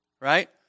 right